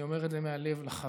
אני אומר את זה מהלב להורים.